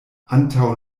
antaŭ